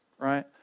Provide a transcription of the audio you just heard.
right